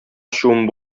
чумып